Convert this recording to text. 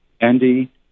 Andy